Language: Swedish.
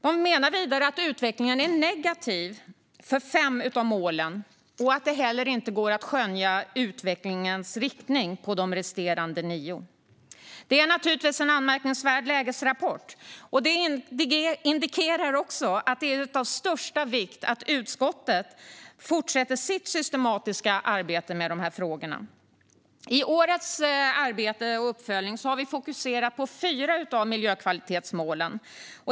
De menar vidare att utvecklingen är negativ för fem av målen och att det inte går att se en tydlig riktning för utvecklingen av de resterande nio. Det är naturligtvis en anmärkningsvärd lägesrapport. Det indikerar också att det är av största vikt att utskottet fortsätter sitt systematiska arbete med de här frågorna. I årets uppföljning har vi fokuserat på fyra av miljökvalitetsmålen.